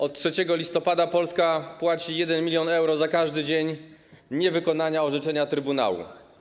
Od 3 listopada Polska płaci 1 mln euro za każdy dzień niewykonania orzeczenia Trybunału.